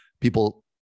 people